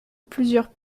plusieurs